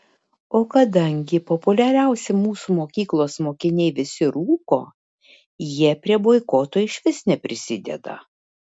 o kadangi populiariausi mūsų mokyklos mokiniai visi rūko jie prie boikoto išvis neprisideda